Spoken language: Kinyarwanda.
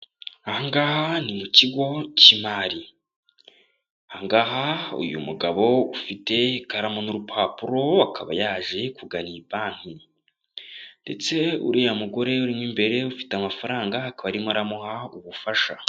Aha ngaha ni mu kigo cy'imari. Aha ngaha uyu mugabo ufite ikaramu n'urupapuro akaba yaje kugana iyi banki. Ndetse uriya mugore urimo imbere ufite amafaranga akaba arimo aramuha ubufasha.